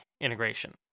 integration